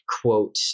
quote